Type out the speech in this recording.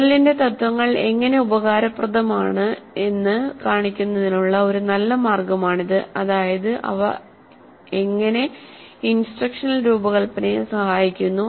മെറിലിന്റെ തത്ത്വങ്ങൾ എങ്ങിനെ ഉപകാരപ്രദമാണ് എന്ന് കാണിക്കുന്നതിനുള്ള ഒരു നല്ല മാർഗമാണിത്അതായത് അവ എങ്ങിനെ ഇൻസ്ട്രക്ഷണൽ രൂപകൽപ്പനയെ സഹായിക്കുന്നു